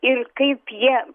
ir kaip jie